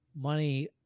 Money –